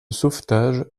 sauvetage